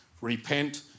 Repent